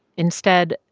instead,